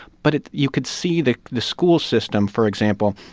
but you could see that the school system, for example,